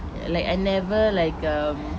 like I never like um